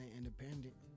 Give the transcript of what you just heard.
independent